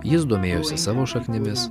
jis domėjosi savo šaknimis